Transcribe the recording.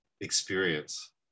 experience